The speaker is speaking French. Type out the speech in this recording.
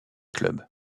club